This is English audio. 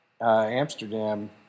Amsterdam